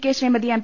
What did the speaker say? K Sreemathi M